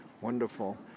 wonderful